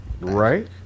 Right